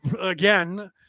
again